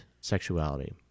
sexuality